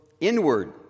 inward